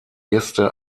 gäste